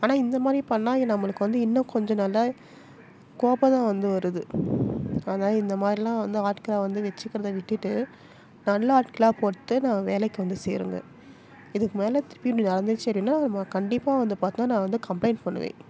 ஆனால் இந்த மாதிரி பண்ணால் நம்மளுக்கு வந்து இன்னும் கொஞ்சம் நல்லா கோபம் தான் வந்து வருது அதனால இந்த மாதிரிலாம் வந்து ஆட்களை வந்து வச்சிக்கிறத விட்டுட்டு நல்ல ஆட்களாக போட்டு வேலைக்கு வந்து சேருங்கள் இதுக்கு மேலே திருப்பியும் இப்படி நடந்துச்சு அப்படின்னா கண்டிப்பாக வந்து பார்த்திங்கனா நான் வந்து கம்ப்ளைண்ட் பண்ணுவேன்